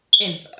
info